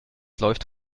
läuft